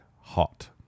hot